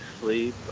sleep